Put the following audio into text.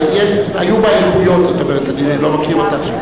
היו בה איכויות, את אומרת, אני לא מכיר אותה.